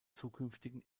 zukünftigen